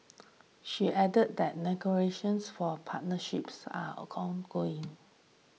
she added that for partnerships are a gone going